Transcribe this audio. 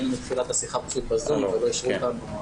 היינו בתחילת השיחה בזום ולא אישרו אותנו.